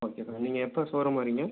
okay sir நீங்கள் எப்போ showroom வரீங்க